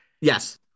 Yes